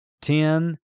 ten